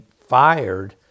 fired